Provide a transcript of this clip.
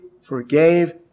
forgave